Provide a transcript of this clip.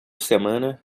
semana